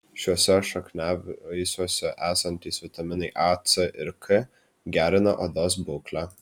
šiuose šakniavaisiuose esantys vitaminai a c ir k gerina odos būklę